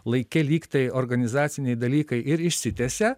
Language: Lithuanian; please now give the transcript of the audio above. laike lyg tai organizaciniai dalykai ir išsitęsia